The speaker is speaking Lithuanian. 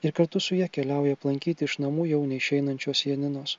ir kartu su ja keliauja aplankyti iš namų jau neišeinančios janinos